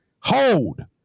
hold